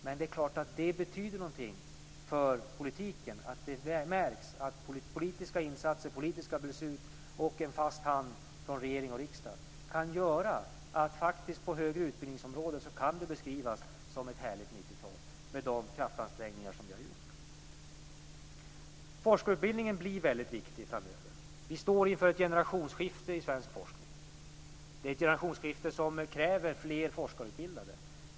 Men det betyder någonting för politiken att det märks att politiska insatser och beslut och en fast hand från regering och riksdag kan göra att det på det högre utbildningsområdet faktiskt kan beskrivas som ett härligt 90-tal, med de kraftansträngningar som vi har gjort. Forskarutbildningen blir väldigt viktig framöver. Vi står inför ett generationsskifte i svensk forskning. Det är ett generationsskifte som kräver fler forskarutbildade.